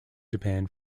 japan